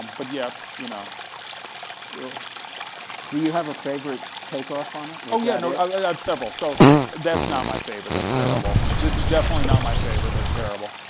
but yet. you know do you have a favorite takeoff on it? oh yeah no, i have several. so that's not my favorite, that's terrible. this is definitely not my favorite, that's terrible.